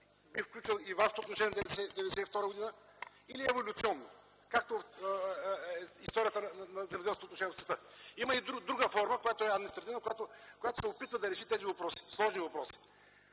бих включил и вашето отношение 1992 г., или еволюционно, каквато е историята на земеделските отношения в света. Има и друга форма, която е административна, която се опитва да реши тези сложни въпроси.